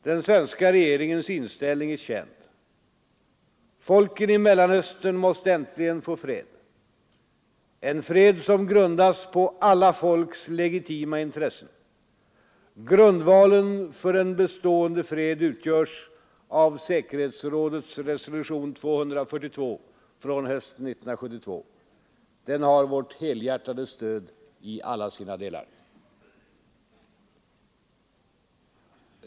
Den svenska regeringens inställning är känd: folken i Mellanöstern måste äntligen få fred, en fred som grundas på alla folks legitima intressen. Grundvalen för en bestående fred utgörs av säkerhetsrådets resolution 242 från hösten 1972. Den har vårt helhjärtade stöd i alla sina delar.